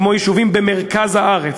כמו יישובים במרכז הארץ,